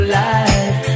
life